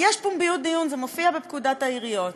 יש פומביות דיון, זה מופיע בפקודת העיריות,